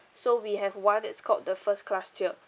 so we have one that's called the first class tier